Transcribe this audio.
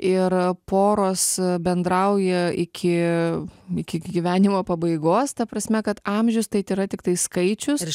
ir poros bendrauja iki iki gyvenimo pabaigos ta prasme kad amžius tai tėra tiktai skaičius